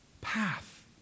path